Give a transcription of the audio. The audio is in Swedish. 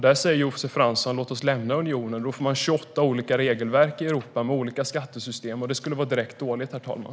Då säger Josef Fransson: Låt oss lämna unionen. Då får man 28 olika regelverk i Europa med olika skattesystem. Det skulle vara direkt dåligt, herr talman.